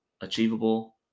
achievable